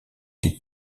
die